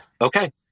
okay